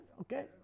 okay